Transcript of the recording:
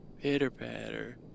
pitter-patter